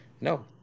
No